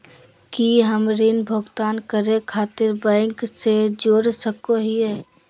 की हम ऋण भुगतान करे खातिर बैंक से जोड़ सको हियै?